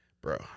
Bro